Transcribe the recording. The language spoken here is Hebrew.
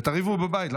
תריבו בבית.